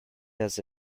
does